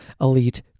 elite